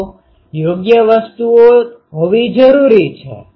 તો યોગ્ય વસ્તુઓ હોવી જરૂરી છે